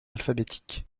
alphabétique